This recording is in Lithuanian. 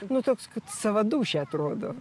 nu toks kad sava dūšia atrodo